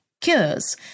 cures